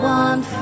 one